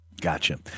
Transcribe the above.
Gotcha